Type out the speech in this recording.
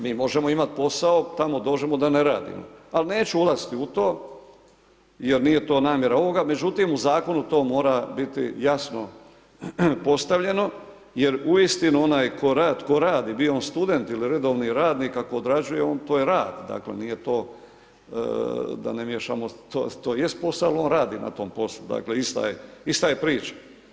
Mi možemo imati posao tamo dođemo da ne radimo, ali neću ulaziti u to jer nije to namjera ovoga, međutim u zakonu to mora biti jasno postavljeno jer uistinu onaj tko radi bio on student ili redovni radnik, ako odrađuje to je rad, dakle nije to da ne miješamo to jest posao ali on radi na tom poslu dakle, ista je priča.